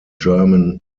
german